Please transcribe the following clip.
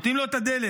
נותנים לו את הדלק,